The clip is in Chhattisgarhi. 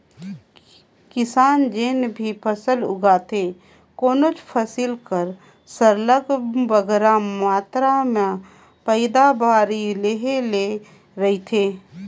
किसान जेन भी फसल उगाथे कोनोच फसिल कर सरलग बगरा मातरा में पएदावारी लेहे ले रहथे